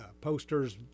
Posters